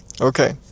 okay